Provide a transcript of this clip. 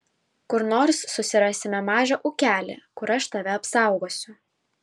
kur nors susirasime mažą ūkelį kur aš tave apsaugosiu